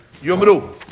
Yomru